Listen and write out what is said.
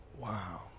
Wow